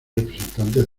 representantes